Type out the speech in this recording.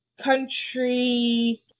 country